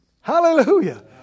Hallelujah